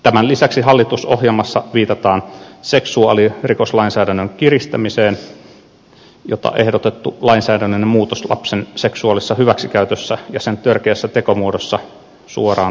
tämän lisäksi hallitusohjelmassa viitataan seksuaalirikoslainsäädännön kiristämiseen jota ehdotettu lainsäädännöllinen muutos lapsen seksuaalisessa hyväksikäytössä ja sen törkeässä tekomuodossa suoraan toteuttaisi